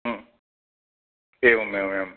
एवमेवमेवम्